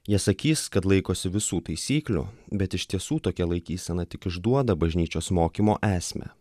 jie sakys kad laikosi visų taisyklių bet iš tiesų tokia laikysena tik išduoda bažnyčios mokymo esmę